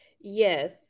Yes